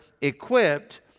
equipped